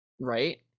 right